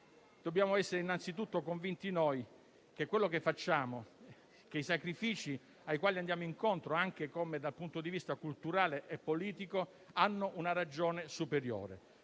dobbiamo essere convinti che quello che facciamo e i sacrifici ai quali andiamo incontro, anche dal punto di vista culturale e politico, hanno una ragione superiore.